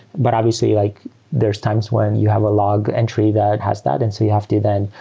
but obviously like there's times when you have a log entry that has that and so you have to then,